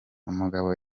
umugabo